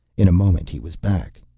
in a moment he was back.